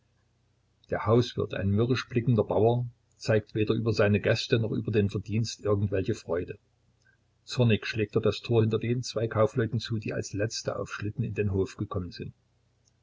der hauswirt ein mürrisch blickender bauer zeigt weder über seine gäste noch über den verdienst irgendwelche freude zornig schlägt er das tor hinter den zwei kaufleuten zu die als letzte auf schlitten in den hof gekommen sind